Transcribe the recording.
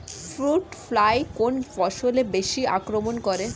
Fruit fly কোন ফসলে বেশি আক্রমন করে?